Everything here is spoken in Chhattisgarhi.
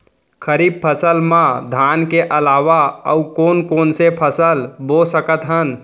खरीफ फसल मा धान के अलावा अऊ कोन कोन से फसल बो सकत हन?